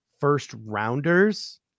first-rounders